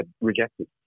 rejected